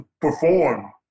perform